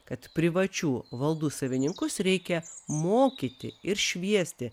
kad privačių valdų savininkus reikia mokyti ir šviesti